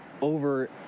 over